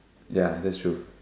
ya that's true